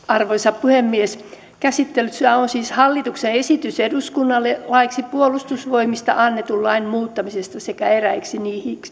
arvoisa puhemies käsittelyssä on hallituksen esitys eduskunnalle laiksi puolustusvoimista annetun lain muuttamisesta sekä eräiksi